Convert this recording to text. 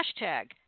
hashtag